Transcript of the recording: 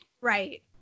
Right